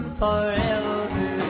forever